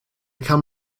come